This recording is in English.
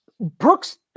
Brooks